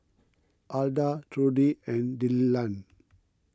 Alda Trudi and Dillan